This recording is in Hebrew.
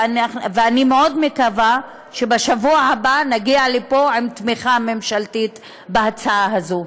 ואני מאוד מקווה שבשבוע הבא נגיע לפה עם תמיכה ממשלתית בהצעה הזאת.